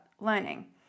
learning